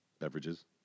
beverages